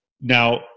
Now